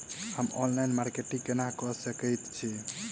हम online marketing केना कऽ सकैत छी?